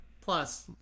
Plus